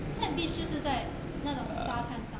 在 beach 就是在那种沙滩上